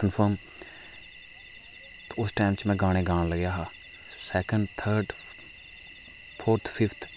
confirm ते उस time च में गाने गान लग्गेआ हा सैकेंड थर्ड फोर्थ फिफ्थ